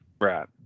Right